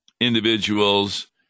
individuals